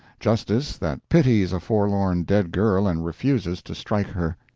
justice that pities a forlorn dead girl and refuses to strike her.